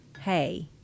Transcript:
hey